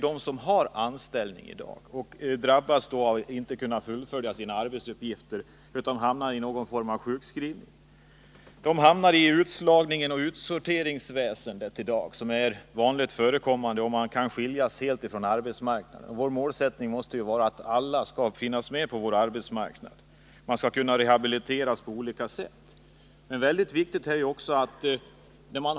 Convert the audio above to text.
Den som har anställning i dag och drabbas av att inte kunna fullfölja sina arbetsuppgifter, utan hamnar i någon form av sjukskrivning, hamnar i utslagningsoch utsorteringsväsendet som i dag är så utbrett. Man kan avskiljas helt från arbetsmarknaden. Men vår målsättning måste ju vara att alla skall finnas med på vår arbetsmarknad. Man skall kunna rehabiliteras på olika sätt.